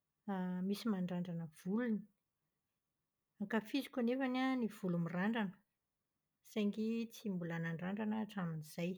misy mandrandrana volony. Ankafiziko anefa ny volo mirandrana saingy tsy mbola nandrandrana aho hatramin'izay.